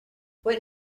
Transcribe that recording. what